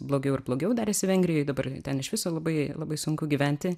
blogiau ir blogiau darėsi vengrijoj dabar ten iš viso labai labai sunku gyventi